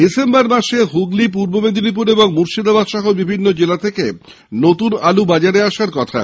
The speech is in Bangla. ডিসেম্বর মাসে হুগলী পূর্ব মেদিনীপুর মুর্শিদাবাদ সহ বিভিন্ন জেলা থেকে নতুন আলু বাজারে আসার কথা